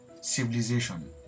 civilization